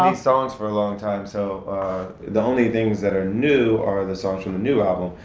um songs for a long time, so the only things that are new are the songs from the new album.